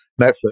Netflix